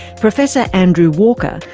professor andrew walker,